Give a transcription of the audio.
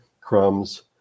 crumbs